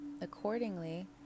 accordingly